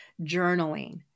journaling